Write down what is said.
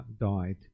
died